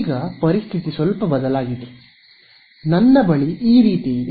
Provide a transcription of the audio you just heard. ಇದೀಗ ಪರಿಸ್ಥಿತಿ ಸ್ವಲ್ಪ ಬದಲಾಗಿದೆ ನನ್ನ ಬಳಿ ಈ ರೀತಿಯಿದೆ